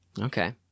Okay